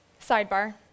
sidebar